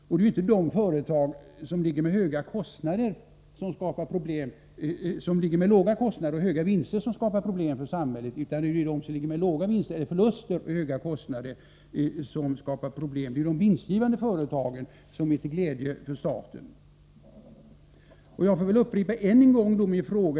Och det är ju inte de företag som har låga kostnader och höga vinster som skapar problem för samhället, utan de som har låga vinster, eller t.o.m. förluster, och höga kostnader. Det är de vinstgivande företagen som är till glädje för staten. Jag får väl upprepa min fråga än en gång.